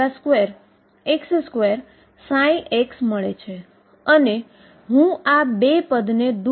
ψ જે દરેક જગ્યાએ ફાઈનાઈટ નંબર 2 ψ હોઇ શકે